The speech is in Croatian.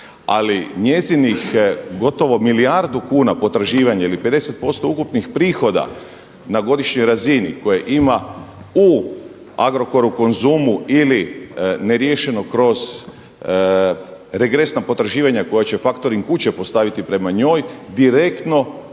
ali njezinih gotovo milijardu kuna potraživanja ili 50% ukupnih prihoda na godišnjoj razini koje ima u Agrokoru u Konzumu ili neriješeno kroz regresna potraživanja koja će faktoring kuće postaviti prema njoj, direktno